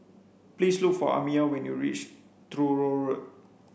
please look for Amiyah when you reach Truro Road